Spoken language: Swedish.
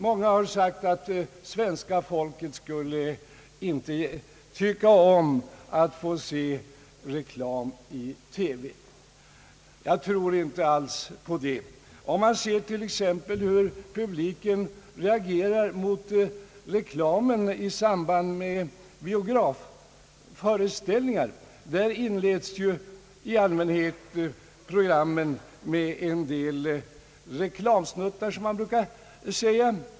Många har sagt att svenska folket inte skulle tycka om att få se reklam i TV. Jag tror inte alls på det. Om man t.ex. ser på hur publiken reagerar mot reklamen i samband med biografföreställningar — där inleds ju i allmänhet programmen med »reklamsnuttar» — finner man att detta visar något annat.